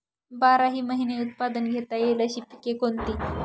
बाराही महिने उत्पादन घेता येईल अशी पिके कोणती?